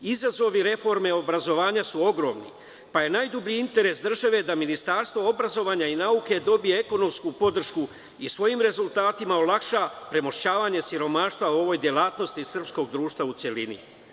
Izazovi reforme obrazovanja su ogromni, pa je najdublji interes države da Ministarstvo obrazovanja i nauke dobije ekonomsku podršku i svojim rezultatima olakša premošćavanje siromaštva u ovoj delatnosti i srpskog društva u celini.